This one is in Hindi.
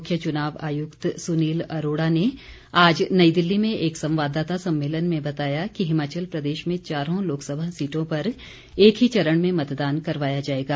मुख्य चुनाव आयुक्त सुनील अरोड़ा ने आज नई दिल्ली में एक संवाददाता सम्मेलन में बताया कि हिमाचल प्रदेश में चारों लोकसभा सीटों पर एक ही चरण में मतदान करवाया जाएगा